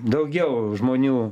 daugiau žmonių